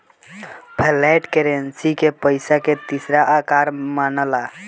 flat currency के पइसा के तीसरा प्रकार मनाला